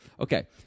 Okay